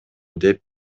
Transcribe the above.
деп